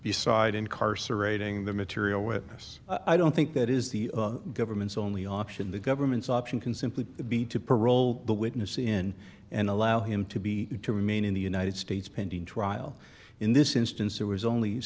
beside incarcerating the material witness i don't think that is the government's only option the government's option can simply be to parole the witness in and allow him to be to remain in the united states pending trial in this instance it was only